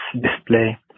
Display